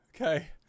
Okay